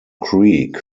creek